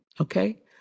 Okay